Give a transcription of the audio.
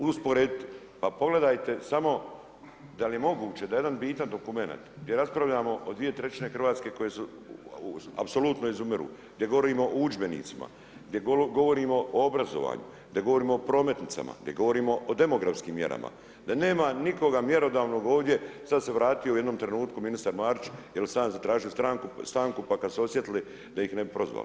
Usporedit, pogledajte samo, pa da li je moguće da jedan bitan dokumenat, gdje raspravljamo o dvije trećine Hrvatske koje apsolutno izumiru, gdje govorimo u udžbenicima, gdje govorimo o obrazovanju, gdje govorimo o prometnicama, gdje govorimo o demografskim mjerama, da nema nikoga mjerodavnog ovdje, sad se vratio u jednom trenutku ministar Marić, jer sam ja zatražio stanku, pa kad su osjetili da ih ne bi prozvali.